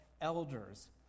elders